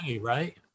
right